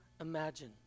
imagine